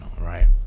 Right